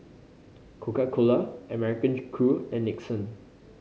Coca Cola American Crew and Nixon